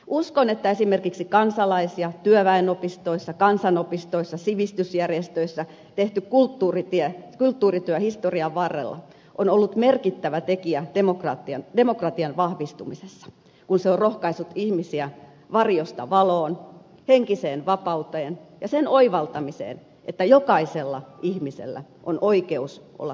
uskon että esimerkiksi kansalais ja työväenopistoissa kansanopistoissa sivistysjärjestöissä historian varrella tehty kulttuurityö on ollut merkittävä tekijä demokratian vahvistumisessa kun se on rohkaissut ihmisiä varjosta valoon henkiseen vapauteen ja sen oivaltamiseen että jokaisella ihmisellä on oikeus olla täysi kansalainen